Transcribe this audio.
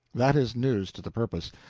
that is news to the purpose.